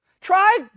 Try